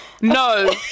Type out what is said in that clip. no